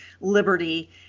liberty